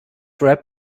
wrap